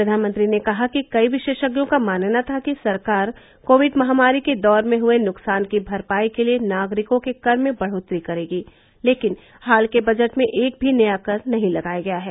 प्रधानमंत्री ने कहा कि कई विशेषज्ञों का मानना था कि सरकार कोविड महामारी के दौर में हुए नुकसान की भरपाई के लिए नागरिकों के कर में बढ़ोतरी करेगी लेकिन हाल के बजट में एक भी नया कर नहीं लगाया गया है